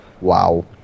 Wow